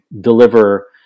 deliver